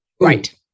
Right